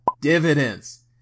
dividends